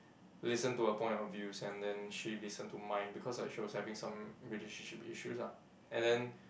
listen to her point of views and then she listen to mine because like she was having some relationship issues ah and then